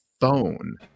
phone